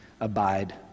abide